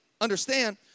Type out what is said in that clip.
understand